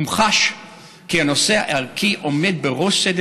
הומחש כי הנושא הערכי עומד בראש סדר